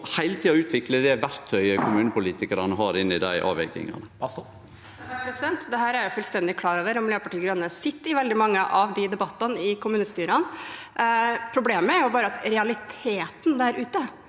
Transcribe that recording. må heile tida utvikle det verktøyet kommunepolitikarane har inn i dei avvegingane.